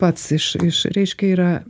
pats iš iš reiškia yra